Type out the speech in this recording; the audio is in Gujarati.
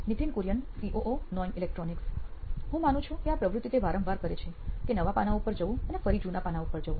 નિથિન કુરિયન સીઓઓ નોઇન ઇલેક્ટ્રોનિક્સ હું માનું છું કે આ પ્રવૃત્તિ તે વારંવાર કરે છે કે નવા પાના ઉપર જવું અને ફરી જુના પાના ઉપર જવું